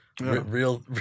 Real